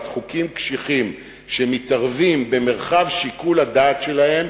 חוקים קשיחים שמתערבים במרחב שיקול הדעת שלהם,